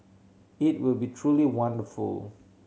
it will be truly wonderful